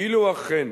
אילו אכן